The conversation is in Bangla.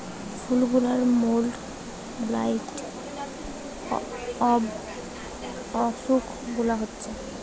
ফুল গুলার মোল্ড, ব্লাইট সব অসুখ গুলা হচ্ছে